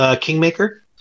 Kingmaker